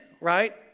right